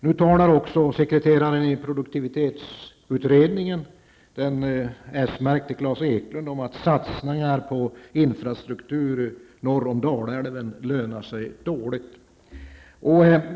Nu talar också sekreteraren i produktivitetsutredningen, den s-märkte Klas Dalälven lönar sig dåligt.